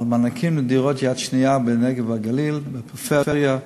מענקים לדירות יד שנייה בנגב ובגליל ובפריפריה.